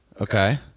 Okay